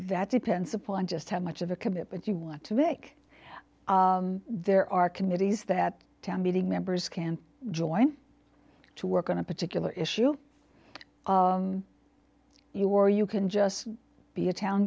that depends upon just how much of a commitment you want to make there are committees that town meeting members can join to work on a particular issue you or you can just be a town